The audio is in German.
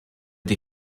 die